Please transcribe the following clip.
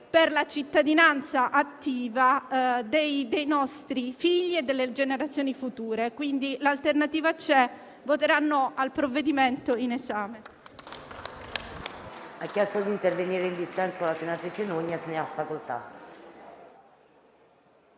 per la cittadinanza attiva dei nostri figli e delle generazioni future. L'Alternativa C'è voterà no al provvedimento in esame.